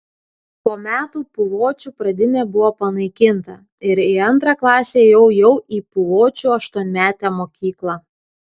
po metų puvočių pradinė buvo panaikinta ir į antrą klasę ėjau jau į puvočių aštuonmetę mokyklą